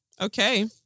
okay